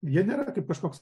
jie nėra kaip kažkoks